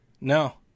No